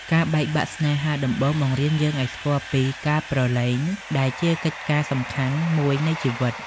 ការបែកបាក់ស្នេហាដំបូងបង្រៀនយើងឱ្យស្គាល់ពី "ការព្រលែង"ដែលជាកិច្ចការសំខាន់មួយនៃជីវិត។